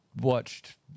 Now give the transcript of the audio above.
watched